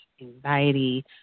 anxiety